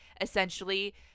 essentially